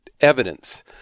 evidence